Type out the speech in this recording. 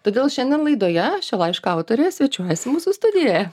todėl šiandien laidoje šio laiško autorė svečiuojasi mūsų studijoje